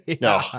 No